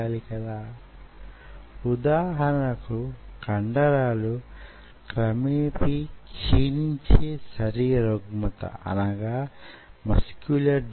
ఇది myotube లు ఉత్పత్తి చేయగల శక్తికి సమానమైన నిష్పత్తి ని కలిగి వుంటుంది